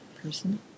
person